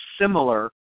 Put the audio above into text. similar